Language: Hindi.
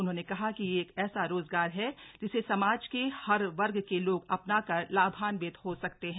उन्होंने कहा कि यह एक ऐसा रोजगार है जिसे समाज के हर वर्ग के लोग अपनाकर लाभान्वित हो सकते हैं